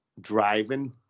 driving